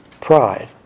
Pride